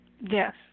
Yes